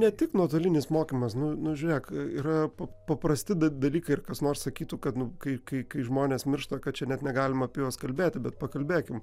ne tik nuotolinis mokymas nu nu žiūrėk yra pa paprasti dalykai ir kas nors sakytų kad nu kai kai žmonės miršta kad čia net negalima apie juos kalbėti bet pakalbėkim